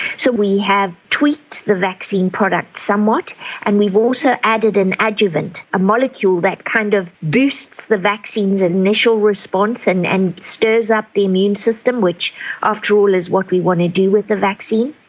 so we have tweaked the vaccine product somewhat and we've also added an adjuvant, a molecule that kind of boosts the vaccine's initial response and and stirs up the immune system, which after all is what we want to do with the vaccine.